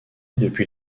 depuis